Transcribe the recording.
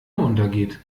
untergeht